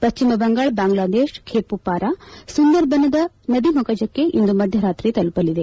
ಪಶ್ಚಿಮ ಬಂಗಾಳ ಬಾಂಗ್ಲಾದೇಶ ಬೇಪುಪಾರಾ ಸುಂದರ್ಬಗ್ನ ನದಿಮುಖಜಕ್ಕೆ ಇಂದು ಮಧ್ವರಾತ್ರಿ ತಲುಪಿದೆ